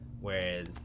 whereas